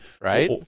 right